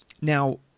Now